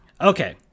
okay